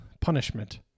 punishment